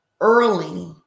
Early